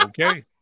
Okay